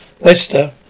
Wester